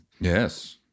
yes